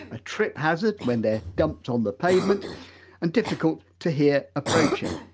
a trip hazard when they're dumped on the pavement and difficult to hear approaching.